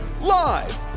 Live